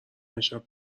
امشب